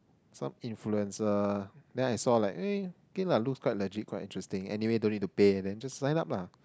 some influencer then I saw like eh okay lah look quite legit quite interesting anyway don't need to pay then sign up lah